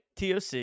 TOC